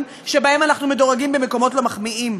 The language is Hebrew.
שבהם אנחנו מדורגים במקומות לא מחמיאים,